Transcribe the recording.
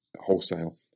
wholesale